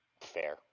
fair